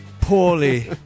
poorly